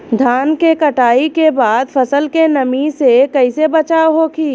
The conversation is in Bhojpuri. धान के कटाई के बाद फसल के नमी से कइसे बचाव होखि?